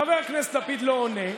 חבר הכנסת לפיד לא עונה,